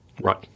Right